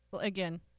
again